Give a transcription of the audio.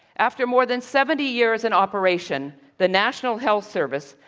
after more than seventy years in operation, the national health service,